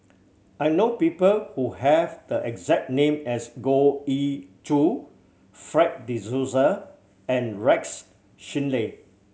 I know people who have the exact name as Goh Ee Choo Fred De Souza and Rex Shelley